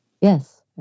Yes